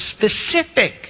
specific